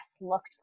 looked